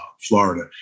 Florida